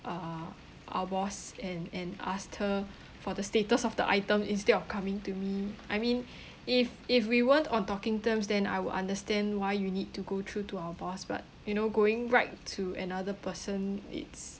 uh our boss and and asked her for the status of the item instead of coming to me I mean if if we weren't on talking terms then I will understand why you need to go through to our boss but you know going right to another person it's